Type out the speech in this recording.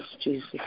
Jesus